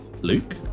Luke